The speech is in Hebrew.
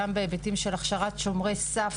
גם בהיבטים של הכשרת שומרי סף,